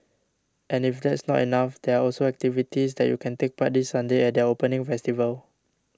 and if that's not enough there are also activities that you can take part this Sunday at their opening festival